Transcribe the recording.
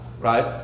right